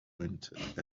pointed